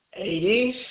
80s